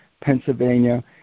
Pennsylvania